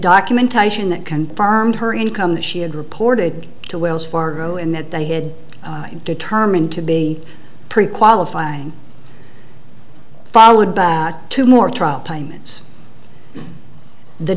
documentation that confirmed her income that she had reported to wells fargo and that they had determined to be pre qualifying followed by two more t